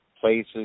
places